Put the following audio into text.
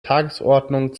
tagesordnung